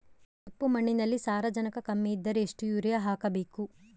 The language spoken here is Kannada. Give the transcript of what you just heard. ಕಪ್ಪು ಮಣ್ಣಿನಲ್ಲಿ ಸಾರಜನಕ ಕಮ್ಮಿ ಇದ್ದರೆ ಎಷ್ಟು ಯೂರಿಯಾ ಹಾಕಬೇಕು?